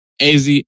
AZ